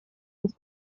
des